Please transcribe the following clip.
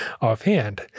offhand